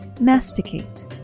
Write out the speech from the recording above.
Masticate